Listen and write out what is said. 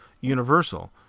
Universal